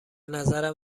نظرم